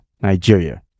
Nigeria